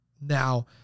Now